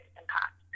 impact